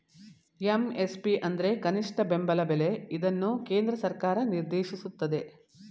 MSP ಅಂದ್ರೆ ಕನಿಷ್ಠ ಬೆಂಬಲ ಬೆಲೆ ಇದನ್ನು ಕೇಂದ್ರ ಸರ್ಕಾರ ನಿರ್ದೇಶಿಸುತ್ತದೆ